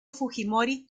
fujimori